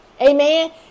Amen